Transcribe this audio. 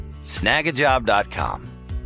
snagajob.com